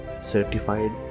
Certified